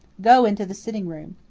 go into the sitting-room.